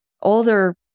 older